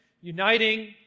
uniting